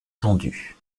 tendues